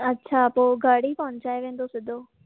अच्छा पोइ घर ई पहुचाइ वेंदो सिधो